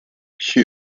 she